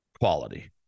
quality